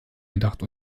gedacht